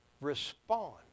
respond